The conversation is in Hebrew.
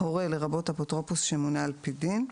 "הורה" לרבות אפוטרופוס שמונה על פי דין.